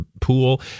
pool